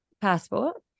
Passport